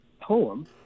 poem